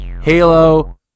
Halo